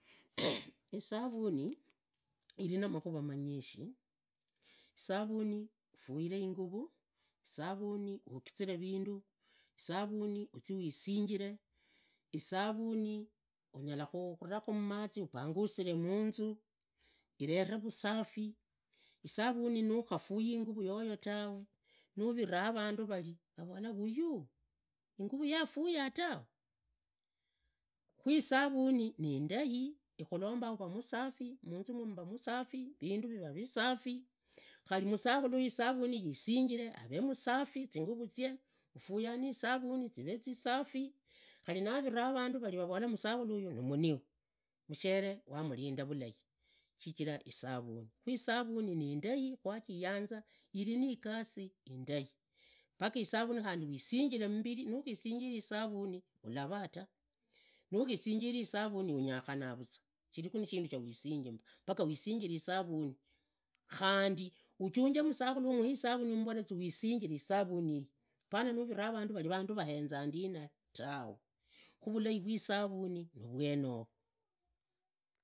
Isavuni irina makhava manyishi, isavuni puiree inguvu, isavuni uogiziree vindu, isavuni uzii uwingiree isavuni unyara khuraa khumazi ubangusire munzu irere vusafi, isavuni nukhafuyi inguvu yoyo tawe, navira wavandu vali vavora uyu inguvu yeye hafaya tawe. Khu isavuni niindai ikhulombanga uvu masafi, munzu mwomo mba musafi, inzu yoyo iva isafi, khavi musakhulu isavuni isingiree avee musafi zinguvu zie ufuya nisavuni zivave zivee zisafi khavi naviraa wavundu varii vavora. Musakhulu uyu nimniu mushere yamulinda valai shichira isavuni. Khu isavuni nindai kwajiyanza iri ni igasi indai paka isavuni uwisingiree mbiri, nukhisingiree isavuni ulavaa tu, nukhisingiree isavuni unyakhanaa vuzwa kuvee na shindu shiwisingii mba, paka wisingiree isavuni. Khandi uchunge masakhulu umboole ziawisingiree isavuni ii pana nuvira imberi wavundu vandu vahenza ndina tawe, khu vulai vwisavuni nivwenovo nizinguza yezo apuno khuramu magura manyishi tawe terikha za kienyeji nijumbiz auluje urajivee narajukuu. Vushuma vukhueza zingulu zinyishi khari vana nivajenda vajendanizingulu shichira valajire shina vushuma, apana vindu vindu vuzwa tawe khunee shichiranga khuzee vatiriji khuyanzanga vushuma zaidi sana, khuyanzanga vushuma sana. Akhuyanziranga zinguza zia kienyeji zikhuezanga zingulu mumbiri shichira shugulaa ta uzaa khuaa mumurimi, zinyuza zia warakhu, shi shirakhuwa uzii ugule shina ahah, nizinguza ziozio zia wavakha khandi zieza vana zingulu zinguza ziudhekhi zia kienyeji, ziezavana zingulu khari niivemwene zikhueza zingulu neshijiranga nikhuyanza zinguza zia shenyeji.